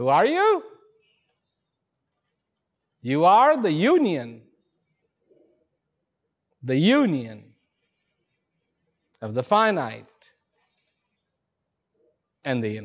who are you you are the union the union of the finite and the